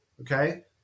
okay